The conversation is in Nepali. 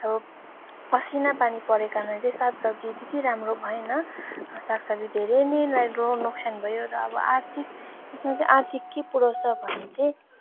अब असिना पानी परेको कारणले चाहिँ सागसब्जी त्यति राम्रो भएन सागसब्जी धेरै नै लाई अब नोक्सान भयो र अब आर्थिक यसमा चाहिँ आर्थिक के पुर्याउँछ भने चाहिँ